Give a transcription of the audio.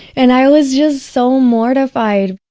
and i was just so mortified